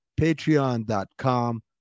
Patreon.com